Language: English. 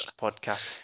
podcast